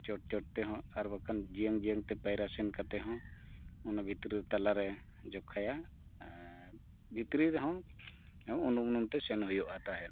ᱪᱚᱴ ᱪᱚᱴ ᱛᱮᱦᱚᱸ ᱟᱨ ᱵᱟᱠᱷᱟᱱ ᱡᱤᱭᱟᱹᱢ ᱡᱤᱭᱟᱹᱢᱛᱮ ᱯᱟᱭᱨᱟ ᱥᱮᱱ ᱠᱟᱛᱮᱫ ᱦᱚᱸ ᱚᱱᱟ ᱵᱷᱤᱛᱨᱤ ᱛᱟᱞᱟ ᱨᱮ ᱡᱚᱠᱷᱟᱭᱟ ᱟᱨ ᱵᱷᱤᱛᱨᱤ ᱨᱮᱦᱚᱸ ᱩᱱᱩᱢ ᱩᱱᱩᱢᱛᱮ ᱥᱮᱱ ᱦᱩᱭᱩᱜᱼᱟ ᱛᱟᱦᱮᱸᱫ